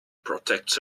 protects